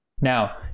Now